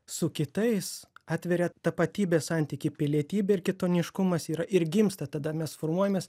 su kitais atveria tapatybės santykį pilietybė ir kitoniškumas yra ir gimsta tada mes formuojamės